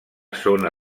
zona